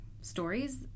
stories